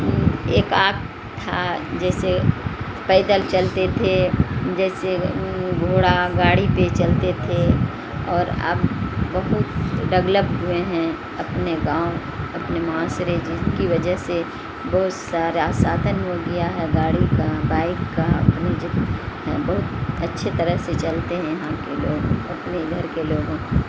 ایک آدھ تھا جیسے پیدل چلتے تھے جیسے گھوڑا گاڑی پہ چلتے تھے اور اب بہت ڈولپ ہوئے ہیں اپنے گاؤں اپنے معاشرے جن کی وجہ سے بہت سارا سادھن ہو گیا ہے گاڑی کا بائک کا اپنی جو ہیں بہت اچھے طرح سے چلتے ہیں یہاں کے لوگ اپنے گھر کے لوگوں